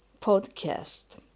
podcast